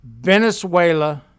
Venezuela